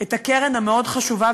את הקרן המאוד-חשובה,